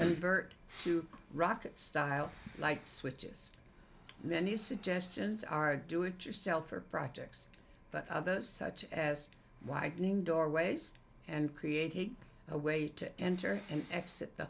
convert to rocket style like switches many suggestions are do it yourself or projects but others such as whitening doorways and create a way to enter and exit the